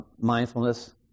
Mindfulness